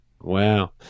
Wow